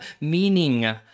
meaning